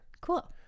Cool